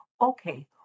okay